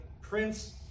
prince